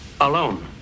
alone